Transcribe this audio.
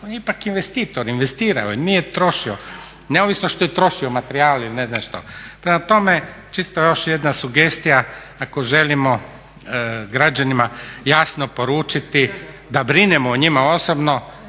on je ipak investitor, investirao je, nije trošio. Neovisno što je trošio materijal ili ne znam što. Prema tome, čisto još jedna sugestija ako želimo građanima jasno poručiti da brinemo o njima osobno